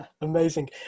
Amazing